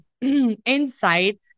insight